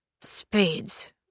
Spades